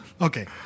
Okay